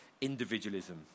individualism